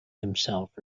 himself